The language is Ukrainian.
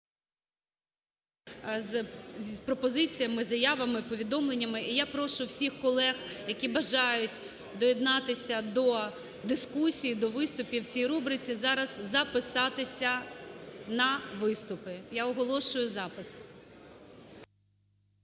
з пропозиціями, заявами, повідомленнями. І я прошу всіх колег, які бажають доєднатися до дискусії, до виступів в цій рубриці, зараз записатися на виступи. Я оголошую запис.